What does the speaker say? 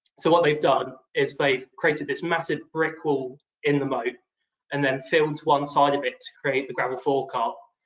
so what they've done is they've created this massive brick wall in the moat and then filled one side of it to create the gravel forecourt.